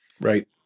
Right